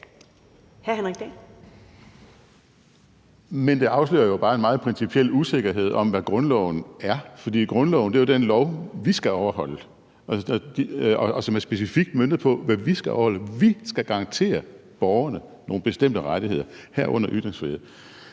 Det afslører bare en meget principiel usikkerhed om, hvad grundloven er, for grundloven er jo den lov, vi skal overholde, og som er specifikt møntet på os. Vi skal garantere borgerne nogle bestemte rettigheder, herunder ytringsfrihed.